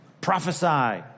prophesy